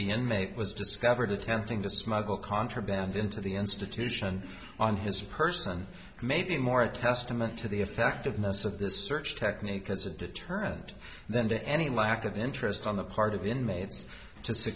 inmate was discovered attempting to smuggle contraband into the institution on his person maybe more a testament to the effectiveness of this search technique as a deterrent than to any lack of interest on the part of inma